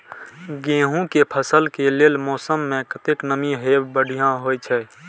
गेंहू के फसल के लेल मौसम में कतेक नमी हैब बढ़िया होए छै?